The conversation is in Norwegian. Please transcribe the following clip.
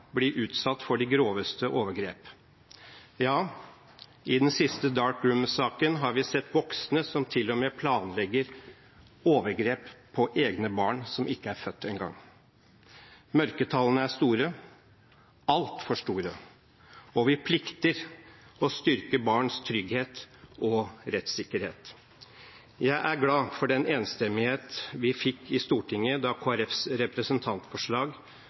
blir utsatt for de groveste overgrep. Ja, i en av de siste sakene, «Dark Room»-saken, har vi sett voksne som til og med planlegger overgrep på egne barn som ikke er født engang. Mørketallene er store, altfor store, og vi plikter å styrke barns trygghet og rettssikkerhet. Jeg er glad for den enstemmighet vi fikk i Stortinget da Kristelig Folkepartis representantforslag